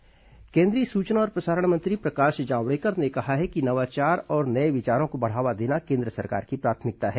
जावड़ेकर नवाचार केंद्रीय सूचना और प्रसारण मंत्री प्रकाश जावड़ेकर ने कहा है कि नवाचार और नये विचारों को बढ़ावा देना केन्द्र सरकार की प्राथमिकता है